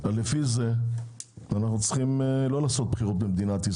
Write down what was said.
לפי זה אנחנו צריכים לא לקיים בחירות במדינת ישראל.